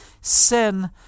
sin